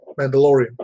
Mandalorian